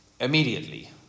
immediately